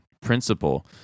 principle